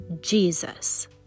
Jesus